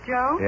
Joe